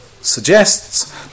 suggests